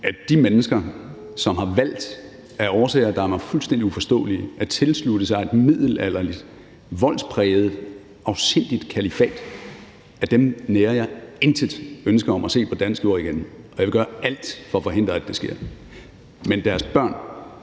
at de mennesker, som af årsager, der er mig fuldstændig uforståelige, har valgt at tilslutte sig et middelalderligt, voldspræget, afsindigt kalifat, nærer jeg intet ønske om at se på dansk jord igen, og jeg vil gøre alt for at forhindre, at det sker. Men deres børn